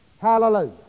Hallelujah